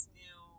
new